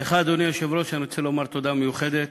לך, אדוני היושב-ראש, אני רוצה לומר תודה מיוחדת